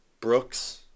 Brooks